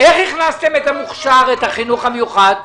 איך הכנסתם את החינוך המיוחד במוכש"ר?